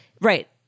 right